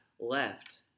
left